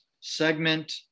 segment